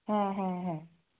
হ্যাঁ হ্যাঁ হ্যাঁ